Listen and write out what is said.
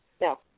No